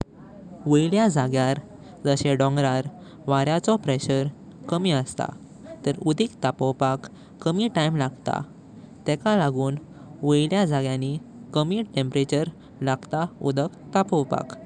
वायल्या जाग्यार जाशे डोंग्रार वार्या चो प्रेशर कमी असता। तार उडीक तापोवपक कमी टाइम लागता। तेक लागून वायल्या जागणी कमी टेम्परेचर लागत उडीक तापोवपक।